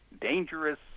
dangerous